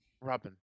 robin